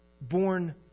born